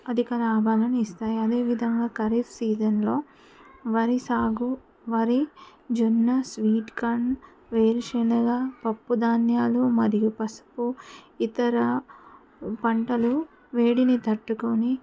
అధిక లాభాలను ఇస్తాయి అదే విధంగా ఖరీఫ్ సీజన్లో వరి సాగు వరి జొన్న స్వీట్ కార్న్ వేరుశెనగ పప్పు ధాన్యాలు మరియు పసుపు ఇతర పంటలు వేడిని తట్టుకొని